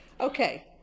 Okay